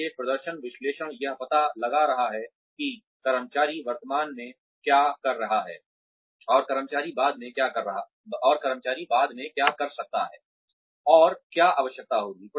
इसलिए प्रदर्शन विश्लेषण यह पता लगा रहा है कि कर्मचारी वर्तमान में क्या कर रहा है और कर्मचारी बाद में क्या कर सकता है और क्या आवश्यकता होगी